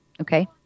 Okay